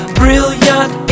brilliant